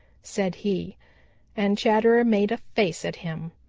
said he and chatterer made a face at him.